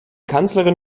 kanzlerin